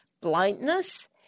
blindness